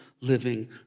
living